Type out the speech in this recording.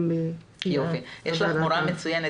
יש לך מורה מצוינת.